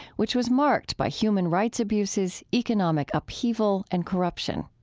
which was marked by human rights abuses, economic upheaval, and corruption.